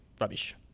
rubbish